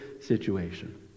situation